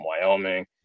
Wyoming